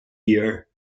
year